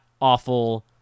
awful